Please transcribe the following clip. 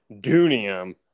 Dunium